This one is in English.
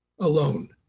alone